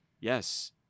Yes